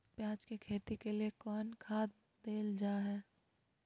प्याज के खेती के लिए कौन खाद देल जा हाय?